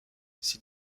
ces